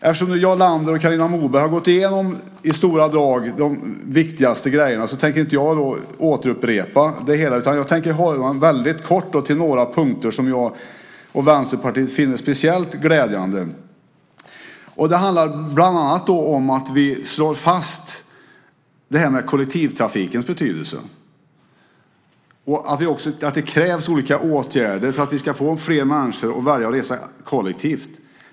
Eftersom Jarl Lander och Carina Moberg har gått igenom de viktigaste sakerna i stora drag tänker jag inte återupprepa det hela, utan jag tänker hålla mig väldigt kort till några punkter som jag och Vänsterpartiet finner speciellt glädjande. Det handlar bland annat om att vi slår fast kollektivtrafikens betydelse och att det krävs olika åtgärder för att vi ska få fler människor att välja att resa kollektivt.